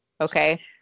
Okay